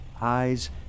eyes